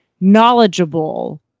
knowledgeable